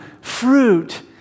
fruit